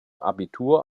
abitur